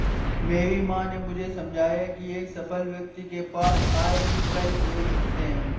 मेरी माँ ने मुझे समझाया की एक सफल व्यक्ति के पास आय के कई स्रोत होते हैं